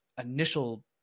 initial